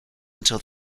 until